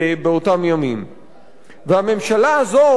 והממשלה הזו, לעומת זאת, אדוני היושב-ראש,